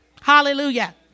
Hallelujah